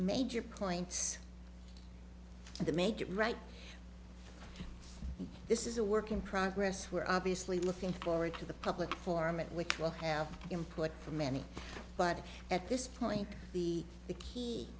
major points to make it right this is a work in progress we're obviously looking forward to the public forum and we will have input from many but at this point the the key